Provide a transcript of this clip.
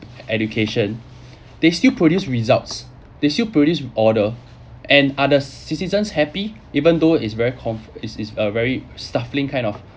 education they still produce results they still produce order and are the citizens happy even though it's very conf~ is is a very stifling kind of